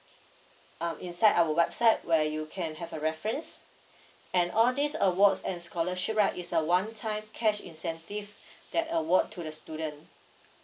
um inside our website where you can have a reference and all these awards and scholarship right is a one time cash incentive that award to the student